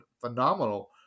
phenomenal